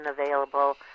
available